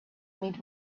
meet